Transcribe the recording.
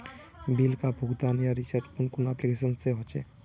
Bill का भुगतान या रिचार्ज कुन कुन एप्लिकेशन से होचे?